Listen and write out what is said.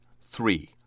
three